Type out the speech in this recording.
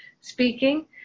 speaking